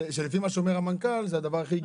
שלפי מה שאומר המנכ"ל זה הדבר הכי הגיוני.